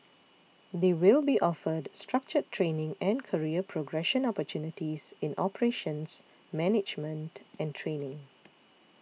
they will be offered structured training and career progression opportunities in operations management and training